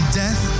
death